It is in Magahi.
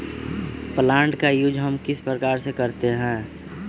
प्लांट का यूज हम किस प्रकार से करते हैं?